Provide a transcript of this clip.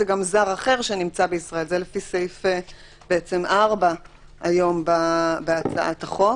זה גם זר אחר שנמצא בישראל זה לפי סעיף 4 היום בהצעת החוק.